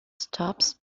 stops